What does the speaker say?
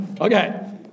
Okay